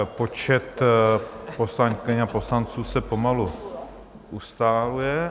Počet poslankyň a poslanců se pomalu ustaluje.